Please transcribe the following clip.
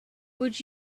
would